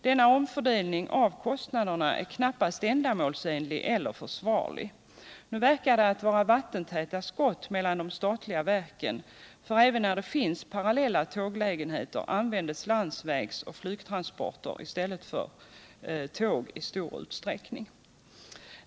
Denna omfördelning av kostnaderna är knappast ändamålsenlig eller försvarlig. Nu verkar det vara vattentäta skott mellan de statliga verken, för även där det finns parallella tåglägenheter används i stor utsträckning landsvägsoch flygtransporter i stället för tåg.